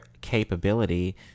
capability